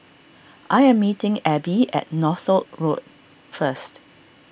I am meeting Abie at Northolt Road first